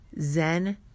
Zen